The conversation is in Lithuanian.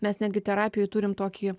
mes netgi terapijoj turim tokį